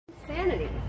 Insanity